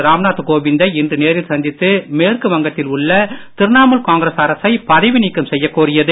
ராம்நாத் கோவிந்தை இன்று நேரில் சந்தித்து மேற்கு வங்கத்தில் உள்ள திரிணாமுல் காங்கிரஸ் அரசை பதவி நீக்கம் செய்யக் கோரியது